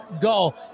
goal